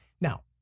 now